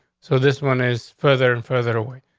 so this one is further and further away.